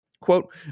Quote